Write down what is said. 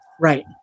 Right